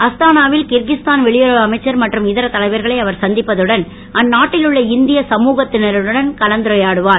அஸ்தானா வில் இர்கிஸ்தான் வெளியுறவு அமைச்சர் மற்றும் இதர தலைவர்களை அவர் சந்திப்பதுடன் அந்நாட்டில் உள்ள இந்திய சமுகத்தினருடனும் கலந்துரையாடுவார்